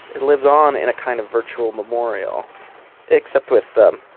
it lives on in a kind of virtual memorial except with um,